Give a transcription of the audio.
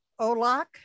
OLAC